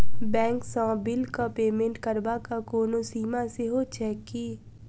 Bank सँ बिलक payment करबाक कोनो सीमा सेहो छैक की?